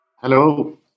Hello